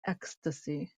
ecstasy